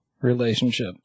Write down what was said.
relationship